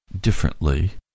differently